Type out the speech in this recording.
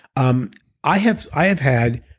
um i have i have had